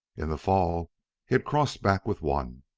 in the fall he had crossed back with one.